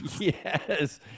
Yes